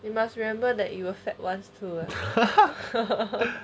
you must remember that you will fit ones too